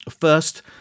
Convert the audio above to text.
first